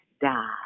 die